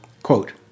Quote